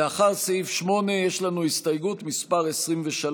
לאחר סעיף 8 יש לנו הסתייגות מס' 23,